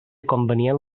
convenient